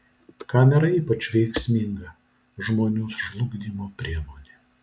kamera ypač veiksminga žmonių žlugdymo priemonė